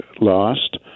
lost